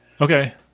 Okay